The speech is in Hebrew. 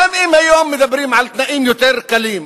גם אם היום מדברים על תנאים יותר קלים,